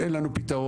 אין לנו פתרון,